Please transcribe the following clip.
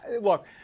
Look